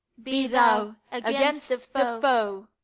be thou against the foe!